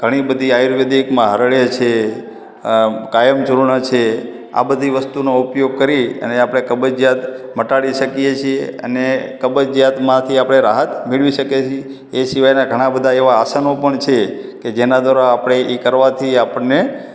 ઘણી બધી આયુર્વેદિકમાં હરડે છે કાયમચૂર્ણ છે આ બધી વસ્તુનો ઉપયોગ કરી અને આપણે કબજીયાત મટાડી શકીએ છીએ અને કબજીયાતમાંથી આપણે રાહત મેલવી શકીએ છીએ એ સિવાયનાં ઘણાં બધા એવા આસનો પણ છે કે જેના દ્વારા આપણે એ કરવાથી આપણને